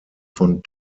von